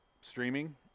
streaming